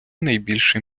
найбільше